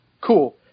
cool